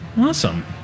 Awesome